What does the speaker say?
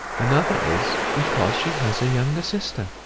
another is, because she has a younger sister.